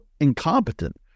incompetent